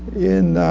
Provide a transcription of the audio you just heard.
in